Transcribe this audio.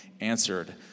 answered